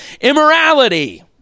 immorality